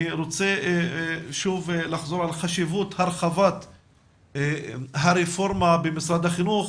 אני רוצה שוב לחזור על חשיבות הרחבת הרפורמה במשרד החינוך,